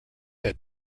had